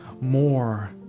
more